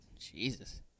Jesus